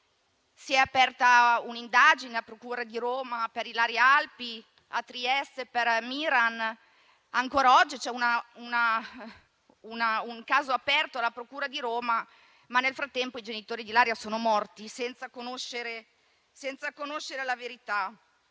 stata aperta un'indagine dalla procura di Roma per Ilaria Alpi e a Trieste per Miran. Ancora oggi c'è un fascicolo aperto presso la procura di Roma, ma nel frattempo i genitori di Ilaria sono morti senza conoscere la verità.